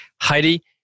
Heidi